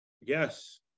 Yes